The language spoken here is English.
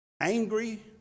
angry